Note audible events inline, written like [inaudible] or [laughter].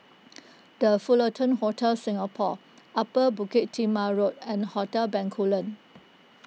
[noise] the Fullerton Hotel Singapore Upper Bukit Timah Road and Hotel Bencoolen